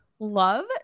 Love